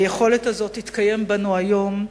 היכולת הזאת תתקיים בנו היום,